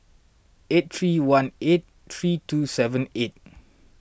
eight three one eight three two seven eight